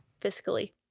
Fiscally